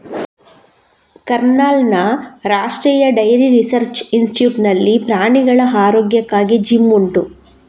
ಕರ್ನಾಲ್ನ ರಾಷ್ಟ್ರೀಯ dairy research institute ನಲ್ಲಿ ಪ್ರಾಣಿಗಳ ಆರೋಗ್ಯಕ್ಕಾಗಿ ಜಿಮ್ ಉಂಟು